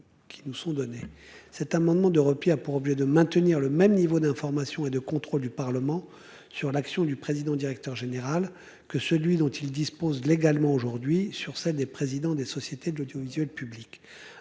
Qui nous sont données cet amendement de repli a pour objet de maintenir le même niveau d'information et de contrôle du Parlement sur l'action du président directeur général que celui dont il dispose légalement aujourd'hui sur celle des présidents des sociétés de l'audiovisuel public